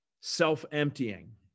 self-emptying